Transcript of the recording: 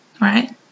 Right